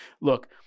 Look